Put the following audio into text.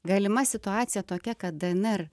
galima situacija tokia kad dnr